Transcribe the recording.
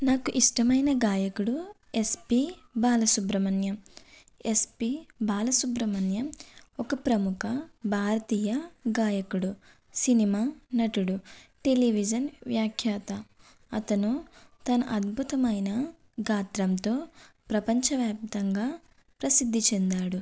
నాకు ఇష్టమైన గాయకుడు ఎస్పి బాలసుబ్రమణ్యం ఎస్పి బాలసుబ్రహ్మణ్యం ఒక ప్రముఖ భారతీయ గాయకుడు సినిమా నటుడు టెలివిజన్ వ్యాఖ్యాత అతను తన అద్భుతమైన గాత్రంతో ప్రపంచవ్యాప్తంగా ప్రసిద్ధి చెందాడు